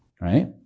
right